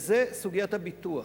זה סוגיית הביטוח.